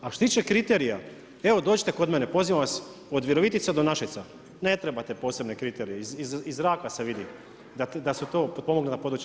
A što se tiče kriterija, evo, dođite kod mene, pozivam vas od Virovitica do Našica, ne trebate posebne kriterije iz zraka se vidi, da su to potpomognuta područja.